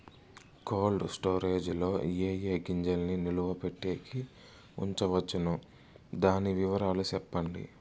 Cold storage లో ఏ ఏ గింజల్ని నిలువ పెట్టేకి ఉంచవచ్చును? దాని వివరాలు సెప్పండి?